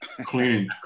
cleaning